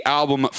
album